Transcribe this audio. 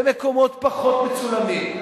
במקומות פחות מצולמים,